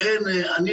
לכן,